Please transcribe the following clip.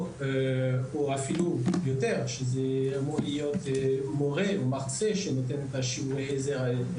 או למורה שנותן את שיעורי העזר.